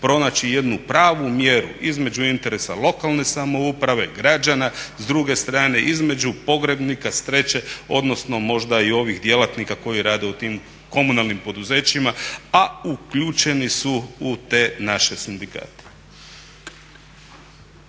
pronaći jednu pravu mjeru između interesa lokalne samouprave, građana s druge strane, između pogrebnika s treće, odnosno možda i ovih djelatnika koji rade u tim komunalnim poduzećima, a uključeni su u te naše sindikate.